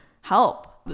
help